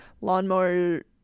lawnmower